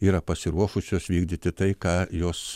yra pasiruošusios vykdyti tai ką jos